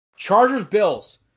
Chargers-Bills